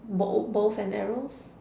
bow bows and arrows